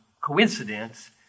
coincidence